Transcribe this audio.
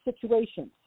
situations